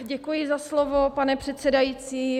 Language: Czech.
Děkuji za slovo, pane předsedající.